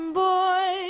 boy